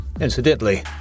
incidentally